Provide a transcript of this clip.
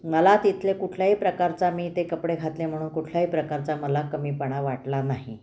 मला तिथले कुठल्याही प्रकारचा मी ते कपडे घातले म्हणून कुठल्याही प्रकारचा मला कमीपणा वाटला नाही